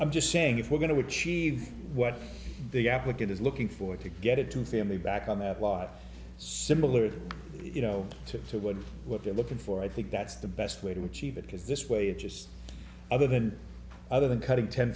i'm just saying if we're going to achieve what the applicant is looking for to get it to family back on that lot simpler you know to do what is what they're looking for i think that's the best way to achieve it because this way of just other than other than cutting ten